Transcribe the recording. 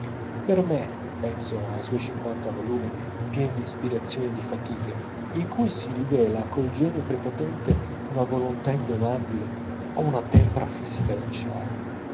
per me penso ai suoi cinquanta volumi pieni d'ispirazioni e di fatiche in cui si rivela col genio prepotente una volontà indomabile o una tempra fisica d'acciaio